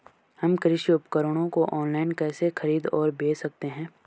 हम कृषि उपकरणों को ऑनलाइन कैसे खरीद और बेच सकते हैं?